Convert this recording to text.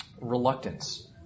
reluctance